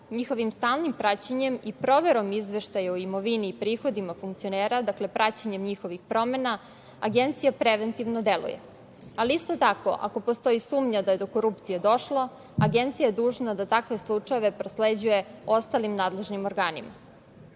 Njihovim stalnim praćenjem i proverom izveštaja o imovini i prihodima funkcionera, praćenjem njihovih promena Agencija preventivno deluje, ali isto tako ako postoji sumnja da je do korupcije došlo Agencija je dužna da takve slučajeve prosleđuje ostalim nadležnim organima. Takođe